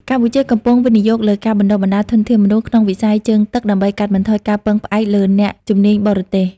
កម្ពុជាកំពុងវិនិយោគលើការបណ្តុះបណ្តាលធនធានមនុស្សក្នុងវិស័យជើងទឹក ដើម្បីកាត់បន្ថយការពឹងផ្អែកលើអ្នកជំនាញបរទេស។